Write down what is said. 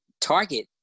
target